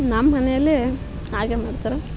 ನಮ್ಮ ಮನೇಲ್ಲಿ ಹಾಗೆ ಮಾಡ್ತಾರೆ